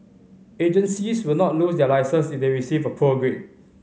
agencies will not lose their licence if they receive a poor grade